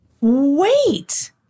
Wait